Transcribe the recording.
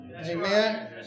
Amen